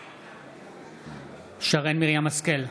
נגד שרן מרים השכל,